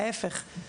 להפך.